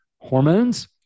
hormones